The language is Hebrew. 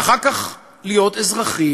ואחר כך להיות אזרחים